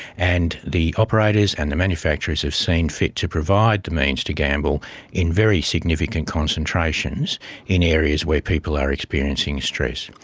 and the operators and the manufacturers have seen fit to provide the means to gamble in very significant concentrations in areas where people are experiencing stress.